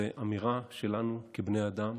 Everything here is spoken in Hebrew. זו אמירה שלנו כבני אדם